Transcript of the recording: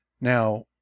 Now